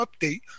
Update